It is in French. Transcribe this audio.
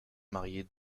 marié